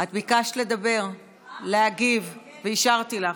את ביקשת לדבר, להגיב, ואישרתי לך.